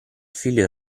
figlio